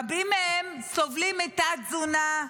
רבים מהם סובלים מתת-תזונה,